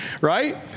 right